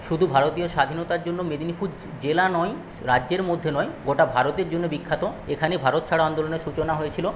শুধু ভারতীয় স্বাধীনতার জন্য মেদিনীপুর জেলা নয় রাজ্যের মধ্যে নয় গোটা ভারতের জন্য বিখ্যাত এখানে ভারত ছাড়ো আন্দোলনের সূচনা হয়েছিল